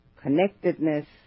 connectedness